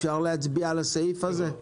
אפשר להצביע על הסעיף הזה?